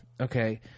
okay